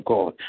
God